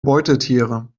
beutetiere